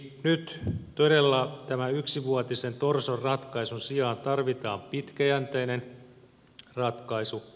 nyt todella tämän yksivuotisen torson ratkaisun sijaan tarvitaan pitkäjänteinen ratkaisu